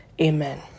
Amen